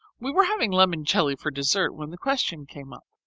we were having lemon jelly for dessert when the question came up.